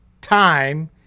time